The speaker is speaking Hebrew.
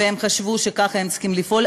והם חשבו שכך הם צריכים לפעול.